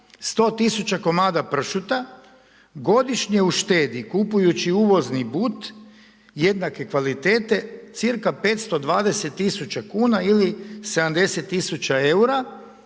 100 tisuća komada pršuta godišnje uštedi kupujući uvozni but jednake kvalitete cca 520 tisuća kuna ili 70 tisuća